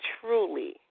truly